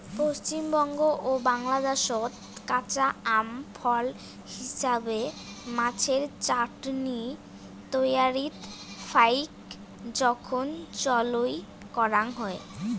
পশ্চিমবঙ্গ ও বাংলাদ্যাশত কাঁচা আম ফল হিছাবে, মাছের চাটনি তৈয়ারীত ফাইক জোখন চইল করাং হই